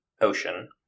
ocean